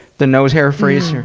the nose-hair freeze